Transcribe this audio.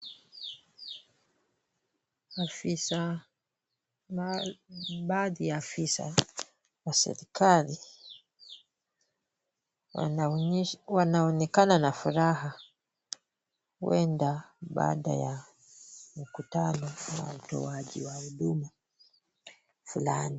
Baadhi ya afisa wa serikali wanaonekana na furaha huenda baada ya mkutano ama utoaji wa huduma fulani.